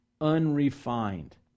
unrefined